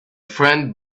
friend